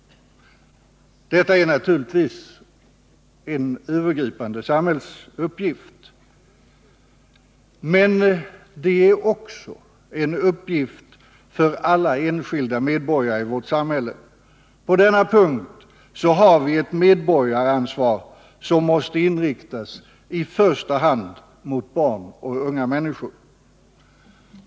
Och det är naturligtvis en övergripande samhällsuppgift. Det är också en uppgift för alla enskilda medborgare i vårt samhälle. På denna punkt har vi ett medborgaransvar, som måste inriktas i första hand mot barn och unga människor.